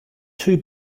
two